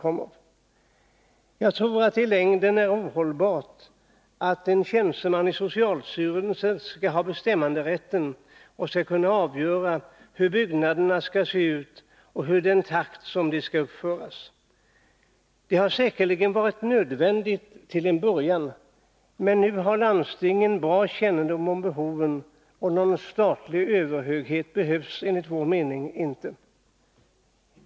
Onsdagen den Jag tror att det i längden är ohållbart att en tjänsteman i socialstyrelsen 2 december 1981 skall ha bestämmanderätten och kunna avgöra hur byggnaderna skall se ut och i vilken takt de skall uppföras. Det har säkerligen varit nödvändigt till en början, men nu har landstingen bra kännedom om behoven, och någon statlig överhöghet behövs enligt vår mening inte.